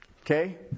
Okay